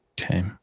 Okay